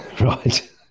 right